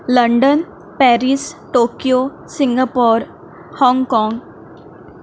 London Paris Tokyo Singapore Hong Kong